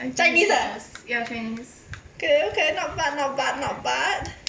chinese ah okay okay not bad not bad not bad